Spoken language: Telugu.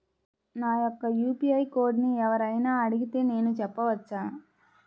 నా యొక్క యూ.పీ.ఐ కోడ్ని ఎవరు అయినా అడిగితే నేను చెప్పవచ్చా?